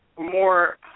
more